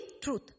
truth